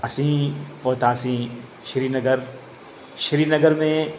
असी पहुतासीं श्रीनगर श्रीनगर में